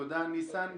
תודה, ניסן.